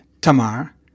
Tamar